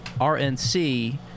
rnc